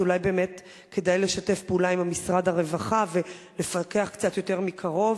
אז אולי באמת כדאי לשתף פעולה עם משרד הרווחה ולפקח קצת יותר מקרוב.